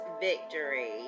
Victory